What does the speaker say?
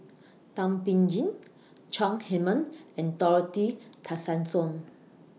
Thum Ping Tjin Chong Heman and Dorothy Tessensohn